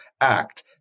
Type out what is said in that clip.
act